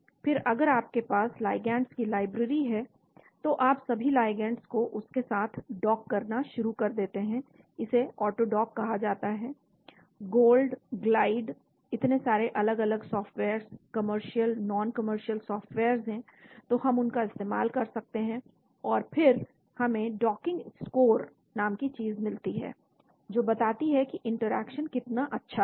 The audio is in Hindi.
और फिर अगर आपके पास लाइगैंड्स की लाइब्रेरी है तो आप सभी लाइगैंड्स को उसके साथ डॉक करना शुरू कर देते हैं इसे ऑटोडॉक कहा जाता है गोल्ड ग्लाइड इतने सारे अलग अलग softwares commercial non commercial softwares हैं तो हम उनका इस्तेमाल कर सकते हैं और फिर हमें डॉकिंग स्कोर नाम की चीज मिलती है जो बताती है कि इंटरेक्शन कितना अच्छा है